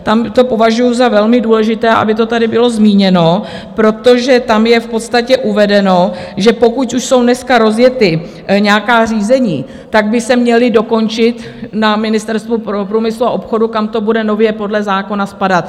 Tam to považuju za velmi důležité, aby to tady bylo zmíněno, protože tam je v podstatě uvedeno, že pokud už jsou dneska rozjeta nějaká řízení, tak by se měla dokončit na Ministerstvu průmyslu a obchodu, kam to bude nově podle zákona spadat.